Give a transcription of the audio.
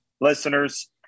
listeners